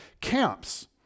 camps